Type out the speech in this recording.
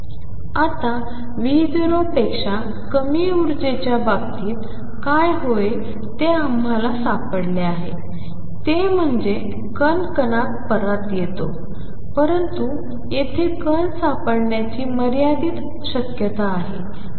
आता V0 पेक्षा कमी ऊर्जेच्या बाबतीत काय होईल ते आम्हाला सापडले आहे ते म्हणजे कण कणात परत येतो परंतु येथे कण सापडण्याची मर्यादित शक्यता आहे